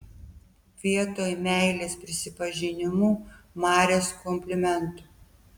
vietoj meilės prisipažinimų marios komplimentų